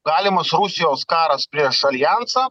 galimas rusijos karas prieš aljansą